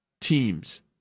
teams